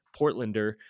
Portlander